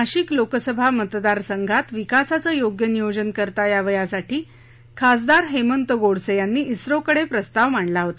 नाशिक लोकसभा मतदार संघात विकासाचं योग्य नियोजन करता यावं यासाठी खासदार हेमंत गोडसे यांनी इसरोकडे प्रस्ताव मांडला होता